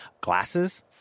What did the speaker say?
glasses